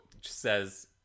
says